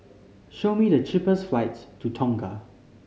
show me the cheapest flights to Tonga